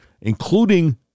including